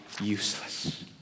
useless